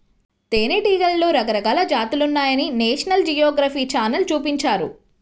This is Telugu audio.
తేనెటీగలలో రకరకాల జాతులున్నాయని నేషనల్ జియోగ్రఫీ ఛానల్ చూపించారు